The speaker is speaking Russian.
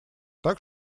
так